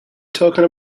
talking